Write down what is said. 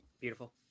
beautiful